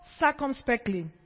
circumspectly